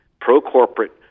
pro-corporate